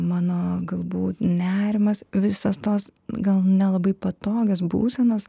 mano galbūt nerimas visos tos gal nelabai patogios būsenos